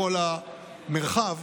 לכל המרחב.